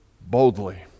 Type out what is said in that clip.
boldly